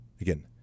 Again